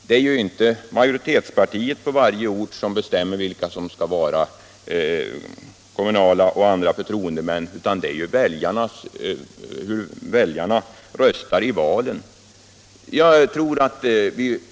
Det är ju inte majoritetspartiet på varje ort som bestämmer vilka som skall vara kommunala förtroendemän, utan det beror på väljarna.